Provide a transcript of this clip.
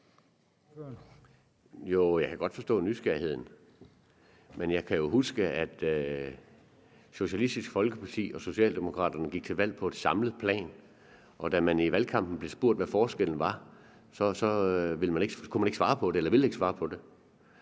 Jo, jeg kan godt forstå nysgerrigheden. Men jeg kan jo huske, at Socialistisk Folkeparti og Socialdemokraterne, da man gik til valg, gik til valg på en samlet plan, og at man, da man i valgkampen blev spurgt, hvad forskellen var på de to partier , så ikke kunne svare på det, eller også ville man ikke svare på det.